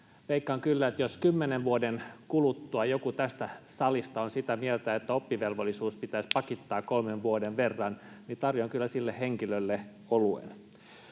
veikkaan kyllä, että jos kymmenen vuoden kuluttua joku tästä salista on sitä mieltä, että oppivelvollisuudessa pitäisi pakittaa kolmen vuoden verran, niin tarjoan kyllä sille henkilölle oluen.